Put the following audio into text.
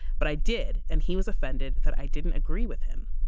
but i did and he was offended that i didn't agree with him.